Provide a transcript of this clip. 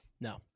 No